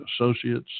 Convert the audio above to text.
Associates